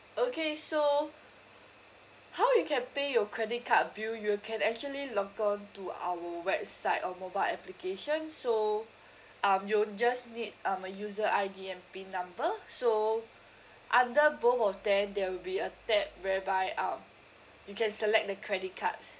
okay so how you can pay your credit card bill you can actually logon to our website or mobile application so um you'll just need um a user I_D and pin number so under both of them there will be a tab whereby um you can select the credit card